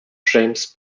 james